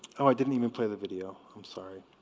oh i didn't even play the video i'm sorry